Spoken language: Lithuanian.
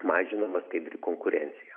mažinama skaidri konkurencija